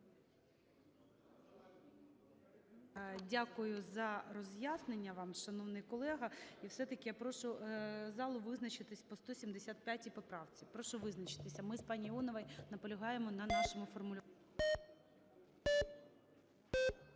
Дякую за роз'яснення вам, шановний колего. І все-таки я прошу залу визначитися по 175 поправці. Прошу визначитись, ми з пані Іоновою наполягаємо на нашому формулюванні.